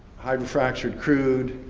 hydrofractured crude,